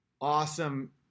awesome